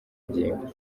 ngingo